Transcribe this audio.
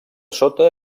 sota